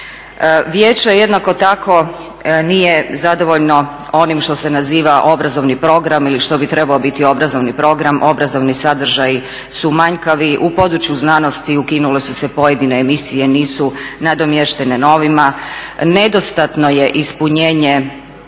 Vijeće jednako tako nije zadovoljno onim što se naziva obrazovni program ili što bi trebao biti obrazovni program, obrazovni sadržaji su manjkavi. U području znanosti ukinule su se pojedine emisije, nisu nadomještene novima, nedostatno je ispunjenje